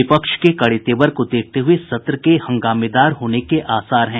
विपक्ष के कड़े तेवर को देखते हुए सत्र के हंगामेदार होने के आसार हैं